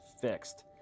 fixed